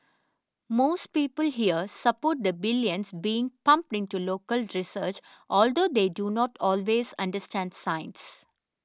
most people here support the billions being pumped into local research although they do not always understand science